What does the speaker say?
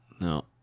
No